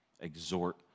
Exhort